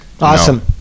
Awesome